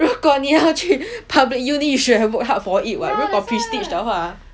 如果你要去 public uni you should have worked hard for it [what] where got prestige